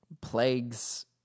plagues